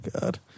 God